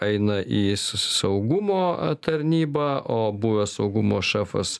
eina į saugumo tarnybą o buvęs saugumo šefas